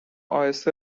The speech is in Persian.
اهسته